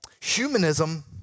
humanism